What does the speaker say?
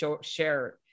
share